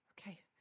Okay